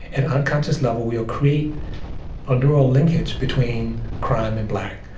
at an unconscious level, we will create a neural linkage between crime and black.